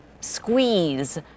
squeeze